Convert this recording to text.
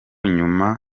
nyuma